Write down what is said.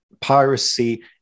piracy